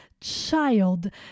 child